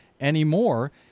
anymore